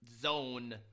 Zone